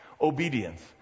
Obedience